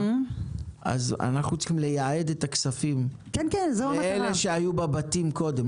אז אנחנו צריכים לייעד את הכספים לאלה שהיו בבתים קודם,